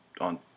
on